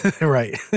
Right